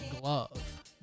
glove